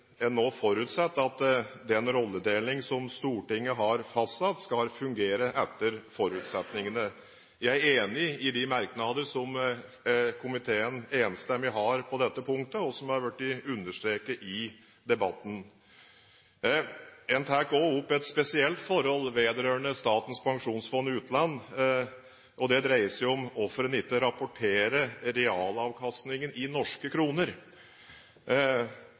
en nå forutsetter at den rolledeling som Stortinget har fastsatt, skal fungere etter forutsetningene. Jeg er enig i de merknader som komiteen enstemmig har på dette punktet, og som har blitt understreket i debatten. En tar også opp et spesielt forhold vedrørende Statens pensjonsfond utland. Det dreier seg om hvorfor en ikke rapporterer realavkastningen i norske kroner.